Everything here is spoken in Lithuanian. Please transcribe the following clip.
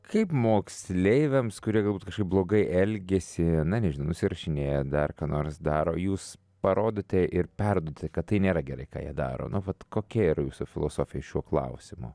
kaip moksleiviams kurie galbūt kažkaip blogai elgiasi na nežinau nusirašinėja dar ką nors daro jūs parodote ir perduodate kad tai nėra gerai ką jie daro nu vat kokia yra jūsų filosofija šiuo klausimu